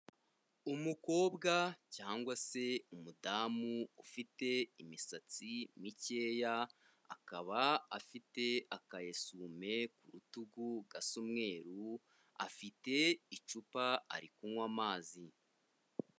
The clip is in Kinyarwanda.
Umukobwa cyangwa se umudamu ufite imisatsi mikeya, akaba afite akayesuwime ku rutugu gasa umweru, afite icupa ari kunywa amazi.